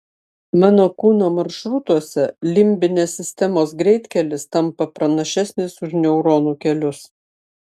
mano kūno maršrutuose limbinės sistemos greitkelis tampa pranašesnis už neuronų kelius